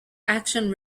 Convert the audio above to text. action